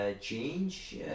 change